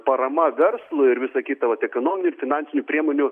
parama verslui ir visa kita vat ekonominių ir finansinių priemonių